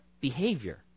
behavior